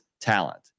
talent